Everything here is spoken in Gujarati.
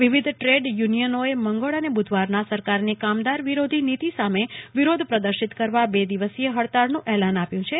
વિવિધ ટ્રેડ યુનિયનોએ મંગળ અને બુધવારના સરકારની કામદાર વિરોધ નીતિ સામે વિરોધ પ્રદર્શિત કરવા બે દિવસીય હડતાલનું એલાન આપ્યું છે